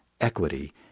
equity